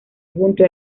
junto